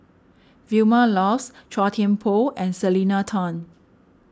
Vilma Laus Chua Thian Poh and Selena Tan